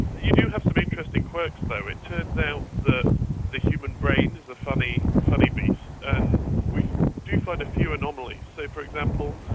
you do have some interesting quirks though. it turns out that the human brain is a funny funny beast and we do find a few anomalies. so, for example,